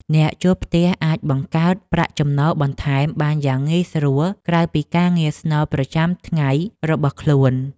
អ្នកជួលផ្ទះអាចបង្កើតប្រាក់ចំណូលបន្ថែមបានយ៉ាងងាយស្រួលក្រៅពីការងារស្នូលប្រចាំថ្ងៃរបស់ខ្លួន។